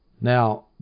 Now